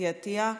אתי עטייה.